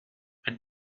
elle